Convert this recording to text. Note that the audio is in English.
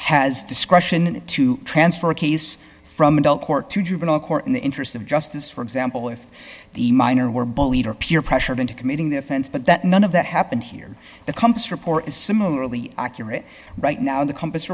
has discretion to transfer a case from adult court to juvenile court in the interests of justice for example with the minor were bullied or peer pressured into committing the offense but that none of that happened here the compass report is similarly accurate right now in the compass